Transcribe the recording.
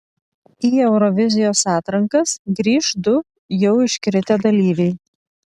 į eurovizijos atrankas grįš du jau iškritę dalyviai